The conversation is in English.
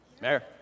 Mayor